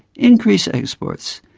increase exports.